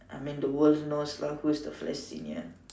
I mean the worlds knows lah who's the flash senior